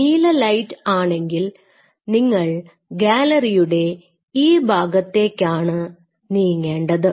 നീല ലൈറ്റ് ആണെങ്കിൽ നിങ്ങൾ ഗാലറിയുടെ ഈ ഭാഗത്തേക്കാണ് നീങ്ങേണ്ടത്